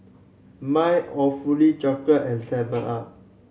Miles Awfully Chocolate and seven up